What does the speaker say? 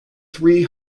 three